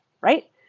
right